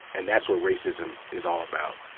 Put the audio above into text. and that's what racism is all about,